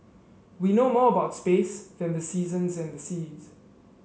we know more about space than the seasons and the seas